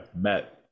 met